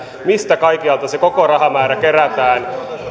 mistä kaikkialta se koko rahamäärä kerätään